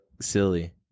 silly